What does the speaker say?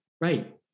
Right